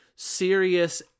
serious